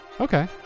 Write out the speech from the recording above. Okay